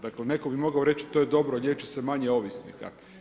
Dakle neko bi mogao reći to je dobro liječi se manje ovisnika.